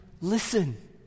Listen